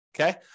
okay